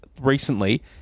recently